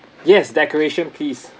yes decoration please